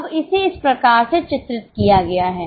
अब इसे इस प्रकार से चित्रित किया गया है